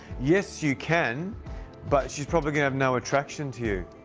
yes, you can but she's probably gonna have no attraction to you.